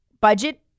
Budget